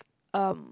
um